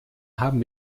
haben